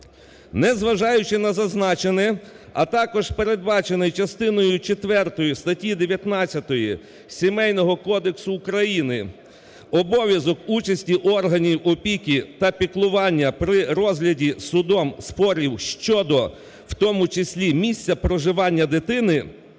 Незважаючи на зазначене, а також передбачений частиною четвертою статті 19 Сімейного кодексу України обов'язок участі органу опіки та піклування при розгляді судом спорів щодо, в тому числі місця проживання дитини,